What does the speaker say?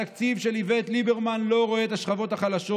התקציב של איווט ליברמן לא רואה את השכבות החלשות,